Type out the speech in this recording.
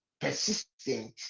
persistent